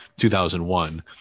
2001